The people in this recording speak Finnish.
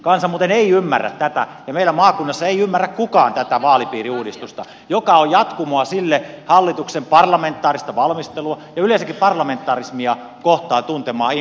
kansa muuten ei ymmärrä tätä ja meillä maakunnassa ei ymmärrä kukaan tätä vaalipiiriuudistusta joka on jatkumoa sille hallituksen parlamentaarista valmistelua ja yleensäkin parlamentarismia kohtaan tuntemalle inholle